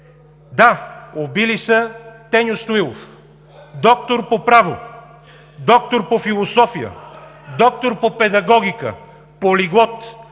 Да, убили са Теньо Стоилов – доктор по право, доктор по философия, доктор по педагогика, полиглот,